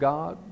God